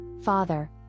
Father